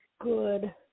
good